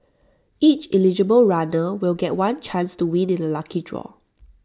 each eligible runner will get one chance to win in A lucky draw